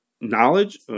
knowledge